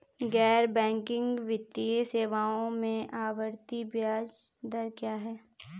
गैर बैंकिंग वित्तीय सेवाओं में आवर्ती ब्याज दर क्या है?